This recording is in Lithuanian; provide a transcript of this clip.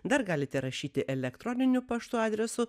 dar galite rašyti elektroniniu paštu adresu